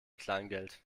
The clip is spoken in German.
kleingeld